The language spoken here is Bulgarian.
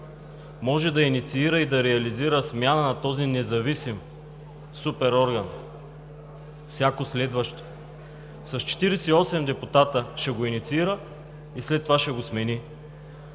може да инициира и да реализира смяната на този независим супер орган. Всяко следващо. С 48 депутата ще го инициира и след това ще го смени.